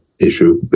issue